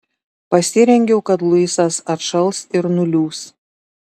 pasirengiau kad luisas atšals ir nuliūs